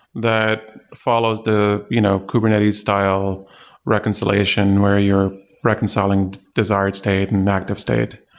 that follows the you know kubernetes style reconciliation, where you're reconciling desired state and active state.